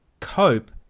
cope